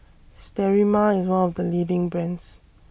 Sterimar IS one of The leading brands